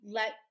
let